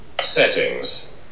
Settings